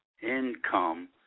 income